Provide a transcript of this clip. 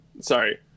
sorry